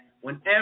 Whenever